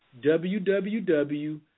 www